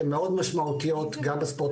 הן מאוד משמעותיות גם בספורט